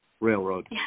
Railroad